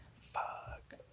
Fuck